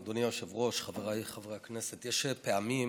אדוני היושב-ראש, חבריי חברי הכנסת, יש פעמים